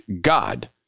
God